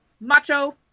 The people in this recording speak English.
macho